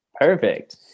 Perfect